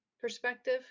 perspective